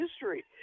history